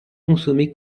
consommé